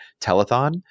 telethon